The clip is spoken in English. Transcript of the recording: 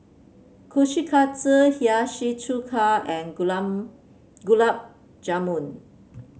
Kushikatsu Hiyashi Chuka and Gulab Gulab Jamun